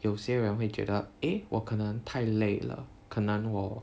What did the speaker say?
有些人会觉得 eh 我可能太累了可能我